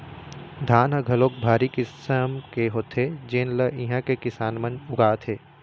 धान ह घलोक भारी किसम के होथे जेन ल इहां के किसान मन उगाथे